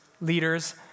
leaders